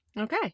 Okay